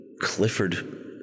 Clifford